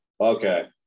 Okay